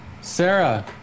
Sarah